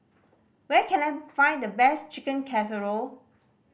where can I find the best Chicken Casserole